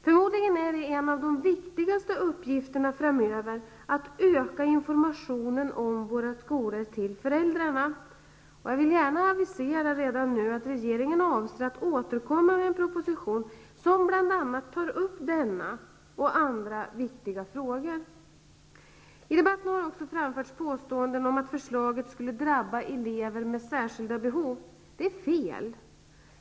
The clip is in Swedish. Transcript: Förmodligen är det en av de viktigaste uppgifterna framöver att öka informationen om våra skolor till föräldrarna. Jag vill gärna redan nu avisera att regeringen avser att återkomma med en proposition som bl.a. tar upp denna och andra viktiga frågor. I debatten har det också framförts påståenden om att förslaget skulle drabba elever med särskilda behov. Det är fel.